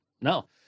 no